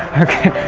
okay.